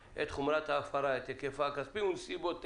את חומרת ההפרה, את היקפה הכספי ונסיבותיה.